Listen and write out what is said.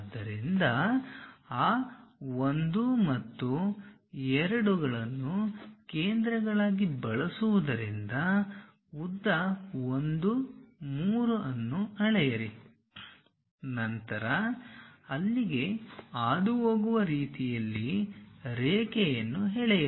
ಆದ್ದರಿಂದ ಆ 1 ಮತ್ತು 2 ಗಳನ್ನು ಕೇಂದ್ರಗಳಾಗಿ ಬಳಸುವುದರಿಂದ ಉದ್ದ 1 3 ಅನ್ನು ಅಳೆಯಿರಿ ನಂತರ ಅಲ್ಲಿಗೆ ಹಾದುಹೋಗುವ ರೀತಿಯಲ್ಲಿ ರೇಖೆಯನ್ನು ಎಳೆಯಿರಿ